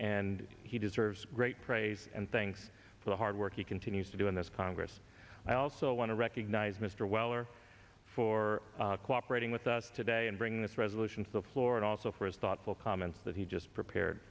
and he deserves great praise and thanks for the hard work he continues to do in this congress i also want to recognize mr weller for cooperated with us today and bringing this resolution to the floor and also for his thoughtful comments that he just prepare